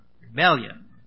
rebellion